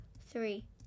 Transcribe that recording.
three